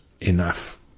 enough